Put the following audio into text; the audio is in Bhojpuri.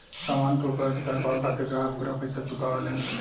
सामान के ऊपर अधिकार पावे खातिर ग्राहक पूरा पइसा चुकावेलन